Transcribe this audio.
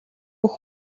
бүх